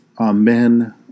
Amen